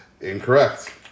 Incorrect